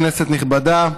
כנסת נכבדה,